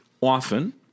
often